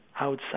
outside